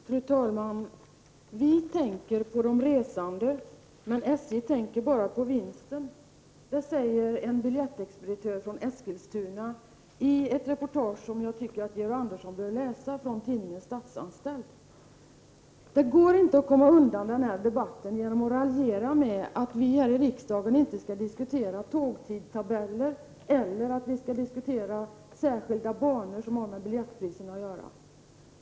Fru talman! ”Vi tänker på de resande, men SJ tänker bara på vinsten.” Det säger en biljettexpeditör från Eskilstuna i ett reportage i tidningen Statsanställd som jag tycker att Georg Andersson bör läsa. Det går inte att komma undan denna debatt genom att raljera med att vi här i riksdagen inte skall diskutera tågtidtabeller eller särskilda banor som har med biljettpriserna att göra.